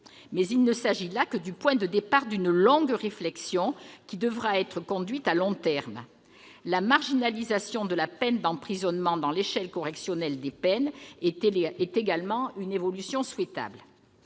Mais il ne s'agit là que du point de départ d'une réflexion qui devra être conduite sur le long terme. La marginalisation de la peine d'emprisonnement au sein de l'échelle correctionnelle des peines est également une évolution souhaitable.